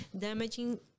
damaging